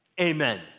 Amen